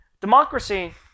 democracy